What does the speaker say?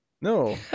no